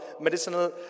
medicinal